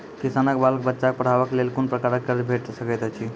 किसानक बाल बच्चाक पढ़वाक लेल कून प्रकारक कर्ज भेट सकैत अछि?